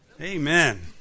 Amen